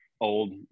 Old